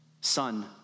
Son